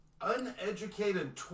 uneducated